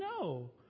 no